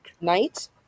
night